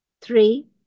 Three